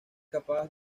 capaz